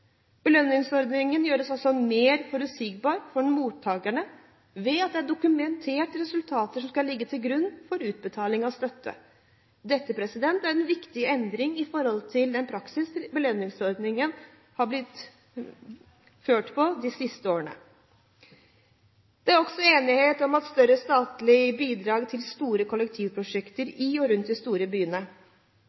Belønningsordningen gjøres også mer forutsigbar for mottakerne ved at dokumenterte resultater skal ligge til grunn for utbetaling av støtte. Dette er en viktig endring i forhold til hvordan belønningsordningen er praktisert de siste årene. Det er også enighet om større statlige bidrag til store kollektivprosjekt i og rundt de store byene.